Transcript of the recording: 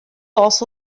also